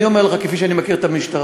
אני אומר לך, כפי שאני מכיר את המשטרה,